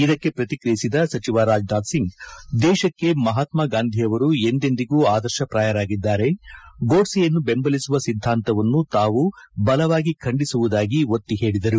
ಇದಕ್ಕೆ ಪ್ರತಿಕ್ರಿಯಿಸಿದ ಸಚಿವ ರಾಜನಾಥ್ ಸಿಂಗ್ ದೇಶಕ್ಕೆ ಮಹಾತ್ಮ ಗಾಂಧಿ ಅವರು ಎಂದೆಂದಿಗೂ ಆದರ್ಶಪ್ರಾಯರಾಗಿದ್ದಾರೆ ಗೋಡ್ಸೆಯನ್ನು ಬೆಂಬಲಿಸುವ ಸಿದ್ದಾಂತವನ್ನು ತಾವು ಬಲವಾಗಿ ಖಂಡಿಸುವುದಾಗಿ ಒತ್ತಿ ಹೇಳಿದರು